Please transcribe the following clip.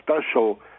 special